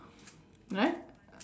right